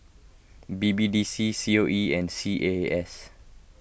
B B D C C O E and C A A S